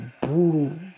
brutal